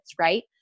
right